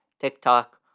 TikTok